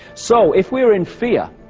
so, if we are in fear,